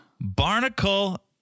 Barnacle